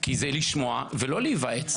כי זה לשמוע ולא להיוועץ.